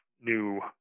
new